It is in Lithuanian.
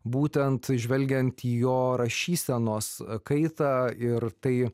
būtent žvelgiant į jo rašysenos kaitą ir tai